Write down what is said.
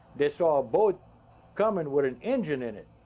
they saw a boat coming with an engine in it.